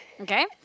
Okay